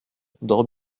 dors